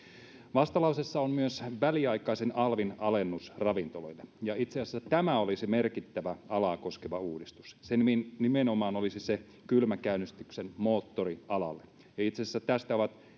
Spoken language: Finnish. vastalauseessa on myös väliaikainen alvin alennus ravintoloille ja itse asiassa tämä oli se merkittävä alaa koskeva uudistus se nimenomaan olisi se kylmäkäynnistyksen moottori alalle itse asiassa tästä ovat